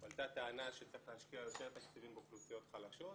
הועלתה טענה שצריך להשקיע יותר תקציבים באוכלוסיות חלשות,